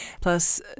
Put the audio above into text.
Plus